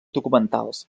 documentals